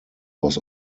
was